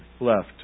left